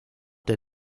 der